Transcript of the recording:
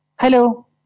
Hello